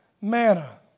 manna